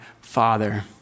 father